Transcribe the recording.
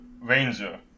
Ranger